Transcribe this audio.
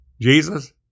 Jesus